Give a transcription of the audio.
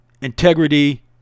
Integrity